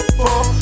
four